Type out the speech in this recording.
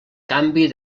canvi